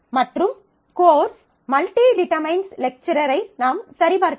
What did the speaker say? மற்றும் course →→ lecturer course →→ lecturer ஐ நாம் சரிபார்க்கலாம்